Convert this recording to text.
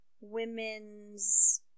women's